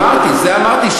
את זה אמרתי,